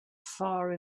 far